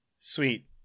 Sweet